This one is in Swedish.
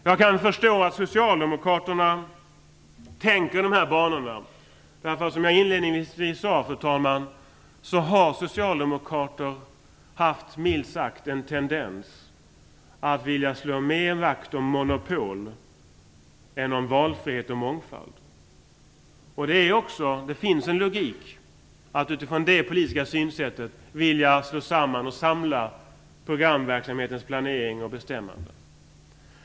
Jag kan förstå att Socialdemokraterna tänker i dessa banor. Som jag inledningsvis sade, fru talman, har socialdemokrater haft minst sagt en tendens att mer vilja slå vakt om monopol än om valfrihet och mångfald. Det finns en logik i att utifrån detta politiska synsätt vilja slå samman och samla programverksamhetens planering och bestämmande.